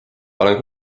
olen